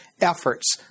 efforts